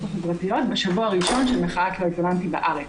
החברתיות בשבוע הראשון של מחאת --- בארץ.